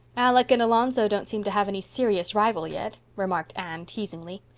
alec and alonzo don't seem to have any serious rival yet, remarked anne, teasingly.